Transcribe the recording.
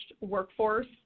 workforce